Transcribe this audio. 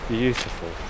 beautiful